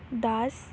ਦੱਸ